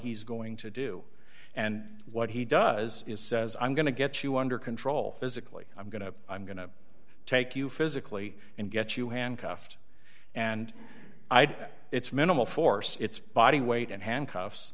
he's going to do and what he does is says i'm going to get you under control physically i'm going to i'm going to take you physically and get you handcuffed and i doubt it's minimal force it's body weight and handcuffs